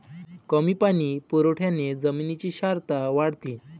कमी पाणी पुरवठ्याने जमिनीची क्षारता वाढते